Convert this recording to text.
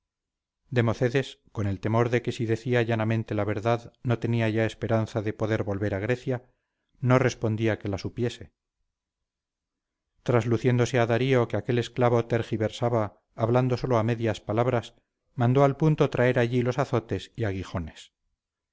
democedes con el temor de que si decía llanamente la verdad no tenía ya esperanza de poder volver a grecia no respondía que la supiese trasluciéndose a darío que aquel esclavo tergiversaba hablando sólo a medias palabras mandó al punto traer allí los azotes y aguijones